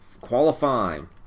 qualifying